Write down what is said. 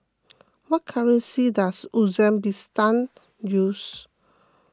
what currency does Uzbekistan use